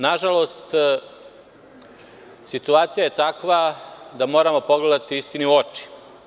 Nažalost, situacija je takva da moramo pogledati istini u oči.